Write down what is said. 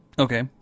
Okay